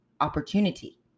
opportunity